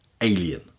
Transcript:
Alien